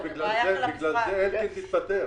בגלל זה אלקין התפטר.